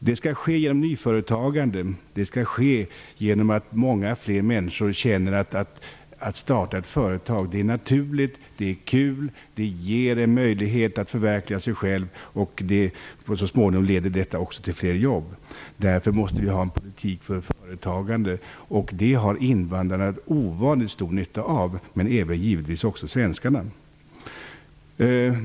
Det skall ske genom nyföretagande, det skall ske genom att många fler människor känner att det är naturligt att starta ett företag, att det är kul och ger en möjlighet att förverkliga sig själv. Så småningom leder detta också till fler jobb. Därför måste vi ha en politik för företagande. Det har invandrare ovanligt stor nytta av men även givetvis svenskarna.